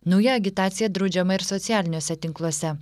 nauja agitacija draudžiama ir socialiniuose tinkluose